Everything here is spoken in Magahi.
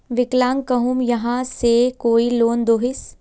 विकलांग कहुम यहाँ से कोई लोन दोहिस?